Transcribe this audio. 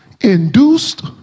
induced